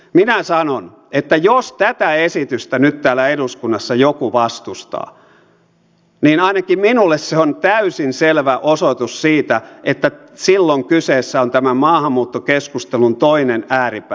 minä sanon että jos tätä esitystä nyt täällä eduskunnassa joku vastustaa niin ainakin minulle se on täysin selvä osoitus siitä että silloin kyseessä on tämän maahanmuuttokeskustelun toinen ääripää